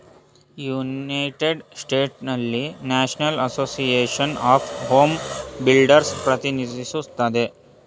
united ಸ್ಟೇಟ್ಸ್ನಲ್ಲಿ national association of home builders ಪ್ರತಿನಿಧಿಸುತ್ತದೆ